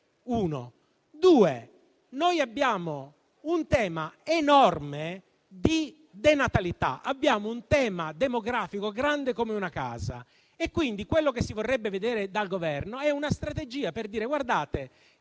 luogo, abbiamo un tema enorme di denatalità. Abbiamo un tema demografico grande come una casa. E quello che si vorrebbe vedere dal Governo è una strategia per dire: la